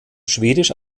schwedisch